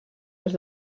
els